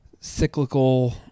cyclical